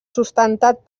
sustentat